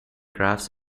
graphs